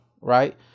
right